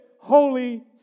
Holy